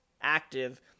active